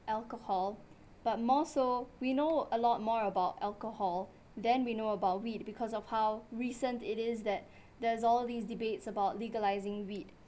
alcohol but more so we know a lot more about alcohol than we know about weed because of how recent it is that there's all these debates about legalising weed